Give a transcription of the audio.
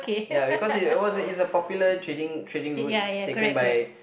ya because it was is a popular trading trading route taken by